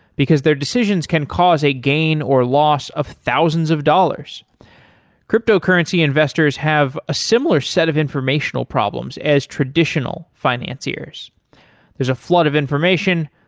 because their decisions can cost a gain or loss of thousands of dollars cryptocurrency investors have a similar set of informational problems as traditional financiers. there's a flood of information,